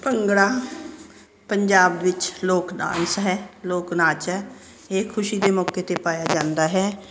ਭੰਗੜਾ ਪੰਜਾਬ ਵਿੱਚ ਲੋਕ ਡਾਂਸ ਹੈ ਲੋਕ ਨਾਚ ਹੈ ਇਹ ਖੁਸ਼ੀ ਦੇ ਮੌਕੇ 'ਤੇ ਪਾਇਆ ਜਾਂਦਾ ਹੈ